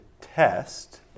test